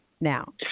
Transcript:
now